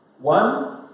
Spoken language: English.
One